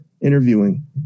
interviewing